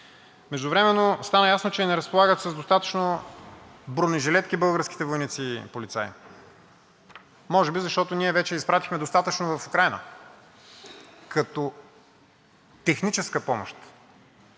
Междувременно стана ясно, че и не разполагат с достатъчно бронежилетки българските войници и полицаи. Може би, защото ние вече изпратихме достатъчно в Украйна като техническа помощ